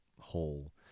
whole